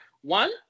One